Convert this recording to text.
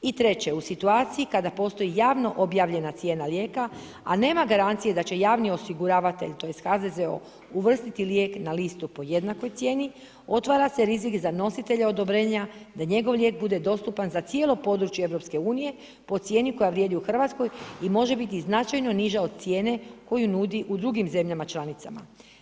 I treće, u situaciji kada postoji javno objavljena cijena lijeka a nema garancije da će javni osiguravatelj tj. HZZO uvrstiti lijek na listu po jednakoj cijeni, otvara se rizik za nositelja odobrenja da njegov lijek bude dostupan za cijelo područje Europske unije po cijeni koja vrijedi u Hrvatskoj i može biti značajno niža od cijene koju nudi u drugim zemljama članicama.